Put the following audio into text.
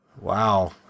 Wow